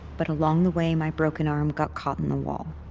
but along the way, my broken arm got caught in the wall.